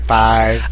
five